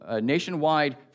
nationwide